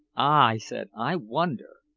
i said. i wonder!